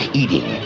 eating